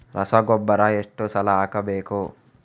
ರಸಗೊಬ್ಬರ ಎಷ್ಟು ಸಲ ಹಾಕಬೇಕು?